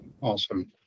awesome